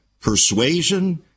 persuasion